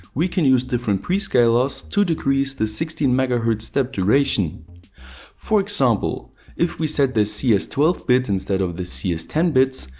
we can use different pre scalars to decrease the sixteen megahertz step duration for example if we set the cs. twelve bit instead of the cs. ten bits.